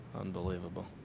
Unbelievable